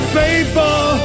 faithful